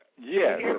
Yes